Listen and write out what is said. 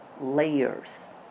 layers